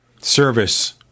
service